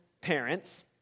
parents